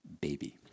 baby